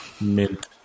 Mint